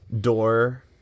door